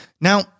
Now